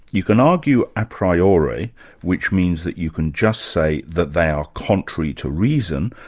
you can argue a priori which means that you can just say that they are contrary to reason,